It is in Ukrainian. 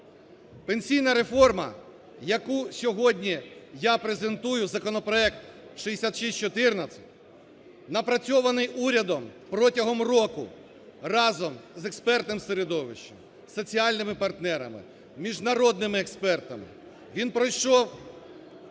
Пенсійна реформа, яку сьогодні я презентую, законопроект 6614, напрацьований урядом протягом року разом з експертним середовищем, соціальними партнерами, міжнародними експертами. Він пройшов